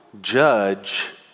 judge